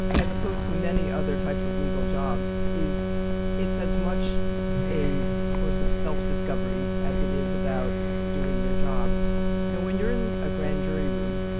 as opposed to many other types of legal jobs is it's as much a course of self-discovery as it is about doing your job. and you know when you're in a grand jury room,